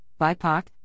bipoc